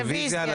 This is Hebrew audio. רוויזיה.